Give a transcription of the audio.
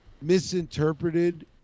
misinterpreted